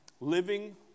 living